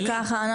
אז ככה,